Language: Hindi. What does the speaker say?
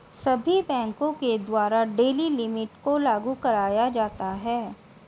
सभी बैंकों के द्वारा डेली लिमिट को लागू कराया जाता है